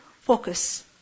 focus